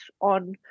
on